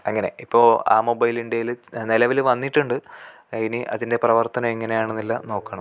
അങ്ങനെ ഇപ്പോൾ ആ മൊബൈലിന്ത്യയിൽ നിലവിൽ വന്നിട്ടുണ്ട് ഇനി അതിൻ്റെ പ്രവർത്തനം എങ്ങനെയാണ് എന്നെല്ലാം നോക്കണം